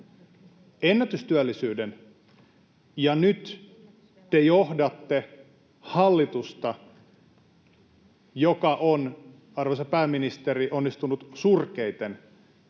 ennätystyöllisyyden — ja nyt te johdatte hallitusta, joka on, arvoisa pääministeri, onnistunut surkeiten